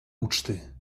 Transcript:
uczty